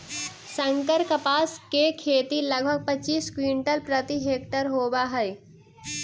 संकर कपास के खेती लगभग पच्चीस क्विंटल प्रति हेक्टेयर होवऽ हई